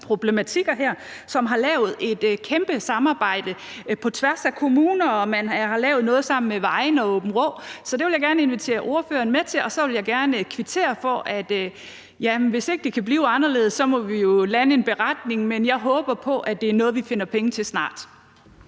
problematikker, og hvor man lavede et kæmpe samarbejde på tværs af kommuner; man har lavet noget sammen med Vejen og Aabenraa. Så det vil jeg gerne invitere ordføreren med til. Og så vil jeg gerne kvittere for at sige: Jamen hvis det kan blive anderledes, må vi jo lande en beretning. Men jeg håber på, at det er noget, vi finder penge til snart.